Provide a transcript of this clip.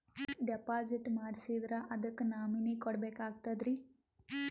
Deposit ಮಾಡ್ಸಿದ್ರ ಅದಕ್ಕ nominee ಕೊಡಬೇಕಾಗ್ತದ್ರಿ?